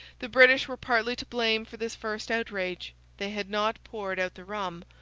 the british were partly to blame for this first outrage they had not poured out the rum,